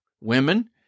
women